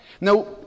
Now